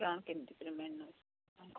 କ'ଣ କେମିତି ପେମେଣ୍ଟ ନଉଛନ୍ତି